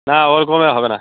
না ওর কমে হবে না